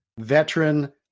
veteran